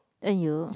aiyo